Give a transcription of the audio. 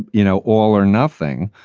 you know, all or nothing.